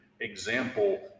example